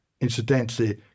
incidentally